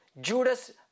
Judas